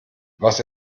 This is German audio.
was